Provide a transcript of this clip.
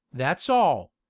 that's all!